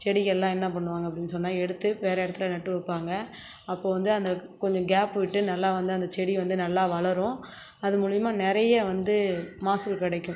செடிகள்லாம் என்ன பண்ணுவாங்க அப்படின் சொன்னால் எடுத்து வேறே இடத்துல நட்டு வைப்பாங்க அப்போது வந்து அந்த கொஞ்சம் கேப் விட்டு நல்லா வந்து அந்த செடி வந்து நல்லா வளரும் அதன் மூலிமா நிறைய வந்து மகசூல் கெடைக்கும்